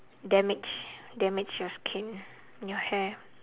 damage damage your skin your hair